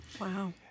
Wow